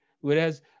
Whereas